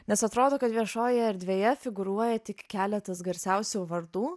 nes atrodo kad viešojoje erdvėje figūruoja tik keletas garsiausių vardų